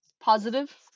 positive